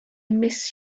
miss